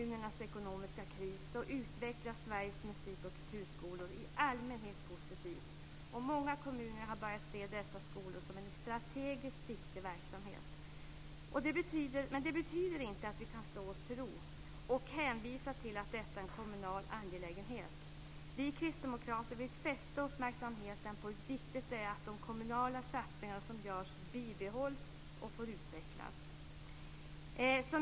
Sveriges musik och kulturskolor i allmänhet positivt, och många kommuner har börjat att se dessa skolor som en strategiskt viktig verksamhet. Men det betyder inte att vi kan slå oss till ro och hänvisa till att detta är en kommunal angelägenhet. Vi kristdemokrater vill fästa uppmärksamheten på hur viktigt det är att de kommunala satsningar som görs bibehålls och får utvecklas.